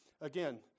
Again